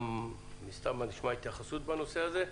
מסתמא נשמע התייחסות בנושא הזה.